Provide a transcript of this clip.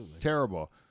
Terrible